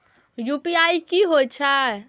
UPI की होई छै?